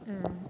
mm